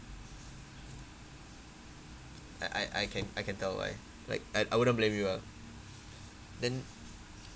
I I I can I can tell why like I wouldn't blame you ah then